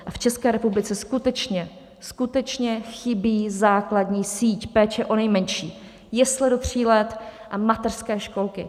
V České republice skutečně, skutečně chybí základní síť péče o nejmenší jesle do tří let a mateřské školky.